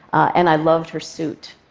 and i loved her suit.